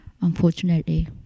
unfortunately